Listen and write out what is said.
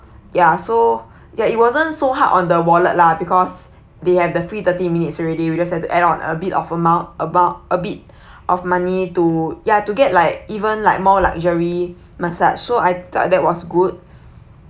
ya so ya it wasn't so hard on the wallet lah because they have the free thirty minutes already we just have to add on a bit of amount about a bit of money to yeah to get like even like more luxury massage so I thought that was good